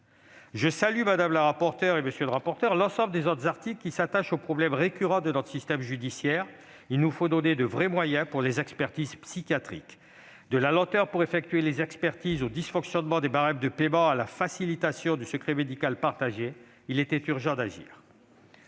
Je salue, madame la rapporteure, monsieur le rapporteur pour avis, l'ensemble des autres articles qui s'attachent au problème récurrent de notre système judiciaire : il nous faut donner de vrais moyens pour les expertises psychiatriques. De la lenteur pour effectuer les expertises aux dysfonctionnements des barèmes de paiement, à la facilitation du secret médical partagé : il était urgent d'agir.